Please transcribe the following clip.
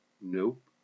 Nope